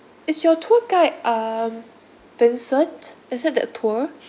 is your tour guide um vincent is it that tour